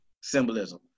symbolism